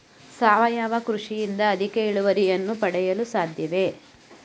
ಸಾವಯವ ಕೃಷಿಯಿಂದ ಅಧಿಕ ಇಳುವರಿಯನ್ನು ಪಡೆಯಲು ಸಾಧ್ಯವೇ?